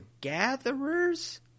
gatherers